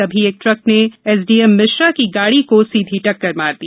तभी एक ट्रक ने भिश्रा की गाड़ी को सीधी टक्कर मार दी